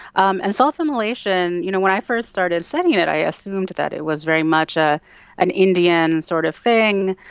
um and self-immolation, you know when i first started studying it i assumed that it was very much ah an indian sort of thing,